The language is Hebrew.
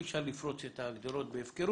אי אפשר לפרוץ את ההגדרות בהפקרות,